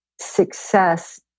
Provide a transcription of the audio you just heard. success